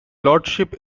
lordship